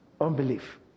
Unbelief